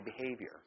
behavior